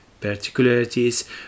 particularities